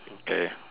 okay